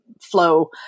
flow